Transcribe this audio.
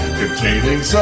containing